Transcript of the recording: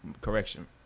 Correction